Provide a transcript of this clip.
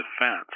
defense